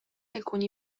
alcuni